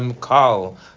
Call